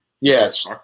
Yes